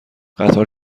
قطار